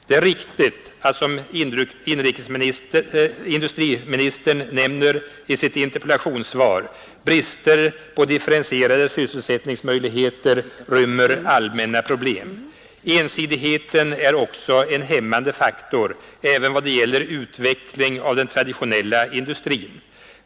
Det är riktigt att, som industriministern nämner i sitt interpellationssvar, bristen på differentierade sysselsättningsmöjligheter rymmer allmänna problem. Ensidigheten är också en hämmande faktor, även i vad gäller utvecklingen av den traditionella industrin.